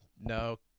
no